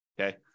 okay